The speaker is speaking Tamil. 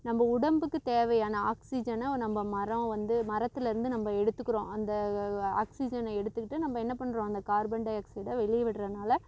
நம்ப உடம்புக்கு தேவையான ஆக்ஸிஜனை நம்ப மரம் வந்து மரத்துல இருந்து நம்ப எடுத்துக்குறோம் அந்த ஆக்ஸிஜனை எடுத்துக்கிட்டு நம்ப என்ன பண்ணுறோம் அந்த கார்பன்டை ஆக்ஸைடை வெளியவிட்றதுனால